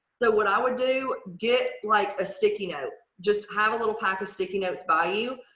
so, what i would do get like a sticky note. just have a little pack of sticky notes by you.